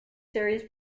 series